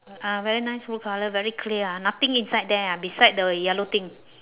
uh very nice blue colour very clear ah nothing inside there ah beside the yellow thing